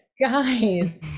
guys